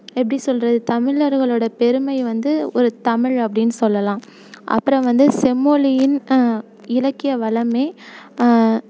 எப்படி சொல்கிறது தமிழர்களோடய பெருமை வந்து ஒரு தமிழ் அப்படினு சொல்லெலாம் அப்புறோம் வந்து செம்மொழியின் இலக்கிய வளமே